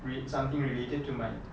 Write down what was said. re~ something related to my